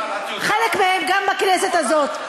חלק מהם גם בכנסת הזאת.